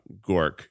gork